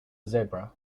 zebra